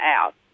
out